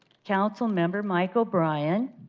councilmember michael brian,